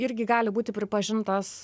irgi gali būti pripažintas